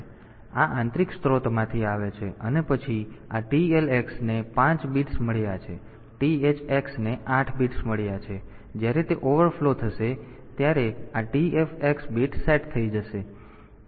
તેથી આ આંતરિક સ્ત્રોતમાંથી આવે છે અને પછી આ TLX ને 5 બિટ્સ મળ્યા છે અને THX ને 8 બિટ્સ મળ્યા છે અને જ્યારે તે ઓવરફ્લો થશે ત્યારે આ TFx બિટ સેટ થઈ જશે